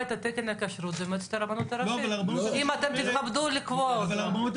תמיד לבדוק את עצמנו.